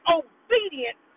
obedient